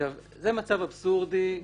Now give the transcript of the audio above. זה מצב אבסורדי.